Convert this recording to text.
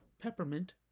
Peppermint